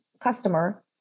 customer